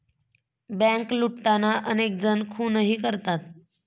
bank लुटताना अनेक जण खूनही करतात